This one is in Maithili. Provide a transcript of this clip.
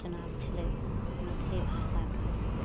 चुनाब छलै मैथिली भाषाके लेल